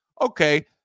okay